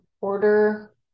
Order